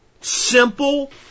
Simple